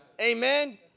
Amen